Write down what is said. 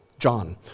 John